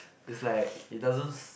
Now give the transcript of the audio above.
is like it doesn't s~